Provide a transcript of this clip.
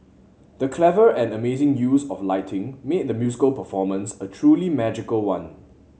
the clever and amazing use of lighting made the musical performance a truly magical one